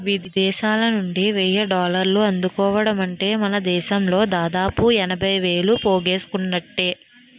విదేశాలనుండి వెయ్యి డాలర్లు అందుకోవడమంటే మనదేశంలో దాదాపు ఎనభై వేలు పోగేసుకున్నట్టే